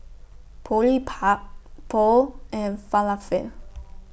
Boribap Pho and Falafel